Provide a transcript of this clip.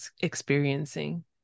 experiencing